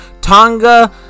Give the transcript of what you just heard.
Tonga